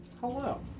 Hello